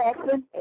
Jackson